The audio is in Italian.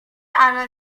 hanno